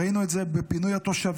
ראינו את זה בפינוי התושבים.